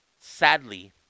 sadly